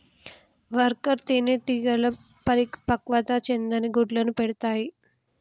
worker తేనెటీగలు పరిపక్వత చెందని గుడ్లను పెడతాయి